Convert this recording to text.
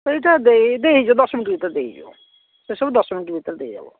ସେଇଟା ଦେଇ ଦେଇ ହେଇଯିବ ଦଶ ମିନିଟ୍ ଭିତରେ ଦେଇ ହେଇଯିବ ସେ ସବୁ ଦଶ ମିନିଟ୍ ଭିତରେ ଦେଇହେବ